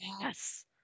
Yes